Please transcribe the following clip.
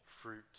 fruit